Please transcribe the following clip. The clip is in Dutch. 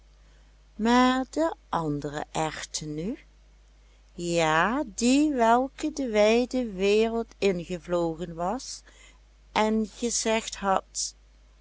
maar de andere erwten nu ja die welke de wijde wereld ingevlogen was en gezegd had